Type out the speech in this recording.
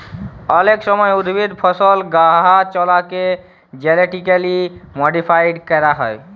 অলেক সময় উদ্ভিদ, ফসল, গাহাচলাকে জেলেটিক্যালি মডিফাইড ক্যরা হয়